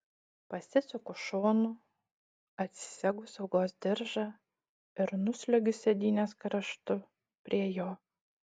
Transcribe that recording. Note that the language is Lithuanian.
pasisuku šonu atsisegu saugos diržą ir nusliuogiu sėdynės kraštu prie jo